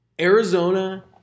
Arizona